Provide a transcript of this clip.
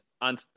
on